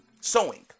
sewing